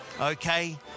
Okay